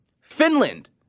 Finland